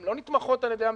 הן לא נתמכות על ידי המדינה.